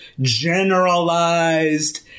generalized